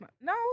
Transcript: No